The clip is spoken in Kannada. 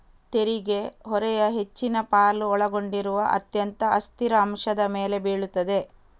ತೆರಿಗೆ ಹೊರೆಯ ಹೆಚ್ಚಿನ ಪಾಲು ಒಳಗೊಂಡಿರುವ ಅತ್ಯಂತ ಅಸ್ಥಿರ ಅಂಶದ ಮೇಲೆ ಬೀಳುತ್ತದೆ